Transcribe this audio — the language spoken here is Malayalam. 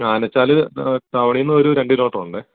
ആനച്ചാൽ ടൗണിൽ നിന്ന് ഒരു രണ്ട് കിലോമീറ്റർ ഉണ്ട്